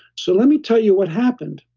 so, let me tell you what happened,